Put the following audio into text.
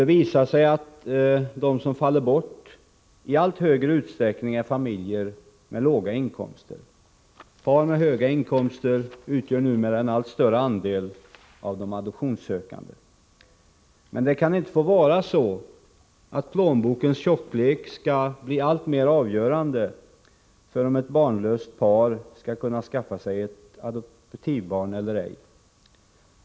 Det visar sig att de som faller bort i allt högre utsträckning är familjer med låga inkomster. Par med höga inkomster utgör numera en allt större andel av de adoptionssökande. Men det kan inte få vara så, att plånbokens tjocklek skall vara alltmer avgörande för om ett barnlöst par skall kunna skaffa ett adoptivbarn eller ej.